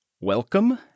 Welcome